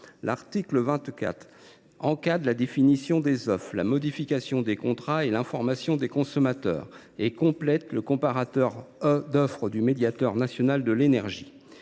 L’article 24 encadre la définition des offres, la modification des contrats et l’information des consommateurs et complète le comparateur d’offres du médiateur national de l’énergie.